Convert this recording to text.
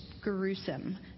gruesome